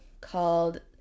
called